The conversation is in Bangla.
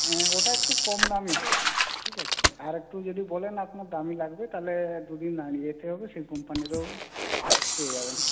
ওটা একটু কম দামি হবে ঠিক আছে আর একটু যদি বলেন আপনার দামি লাগবে তাহলে দুদিন আগে হবে সেই কোম্পানিরও পেয়ে যাবেন